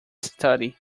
study